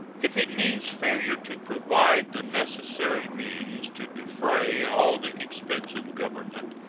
if it means failure to provide the necessary means to defray all the expenses of government,